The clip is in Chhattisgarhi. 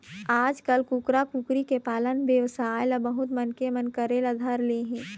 आजकाल कुकरा, कुकरी के पालन बेवसाय ल बहुत मनखे मन करे ल धर ले हे